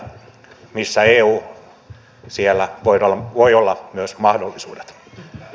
missä eu siellä voi olla myös mahdollisuudet